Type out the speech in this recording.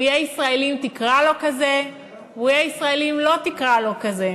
הוא יהיה ישראלי אם תקרא לו כזה והוא יהיה ישראלי אם לא תקרא לו כזה.